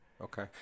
okay